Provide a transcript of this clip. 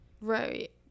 Right